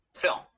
film